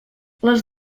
les